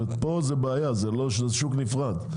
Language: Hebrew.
פה זו בעיה, זה שוק נפרד.